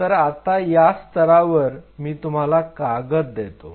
तर आता या स्तरावर मी तुम्हाला कागद देतो